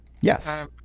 Yes